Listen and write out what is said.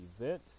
event